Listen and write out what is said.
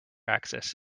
axis